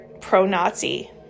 pro-Nazi